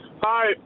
Hi